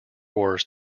wars